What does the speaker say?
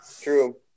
True